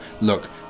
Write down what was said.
look